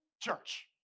church